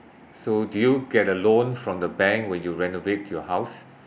so did you get a loan from the bank when you renovate your house